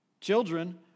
Children